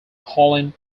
holland